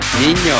niño